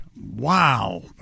wow